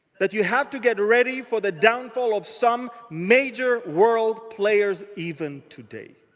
that you have to get ready for the downfall of some major world players, even today.